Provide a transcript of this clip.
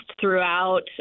throughout